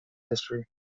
history